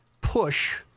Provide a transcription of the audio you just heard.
push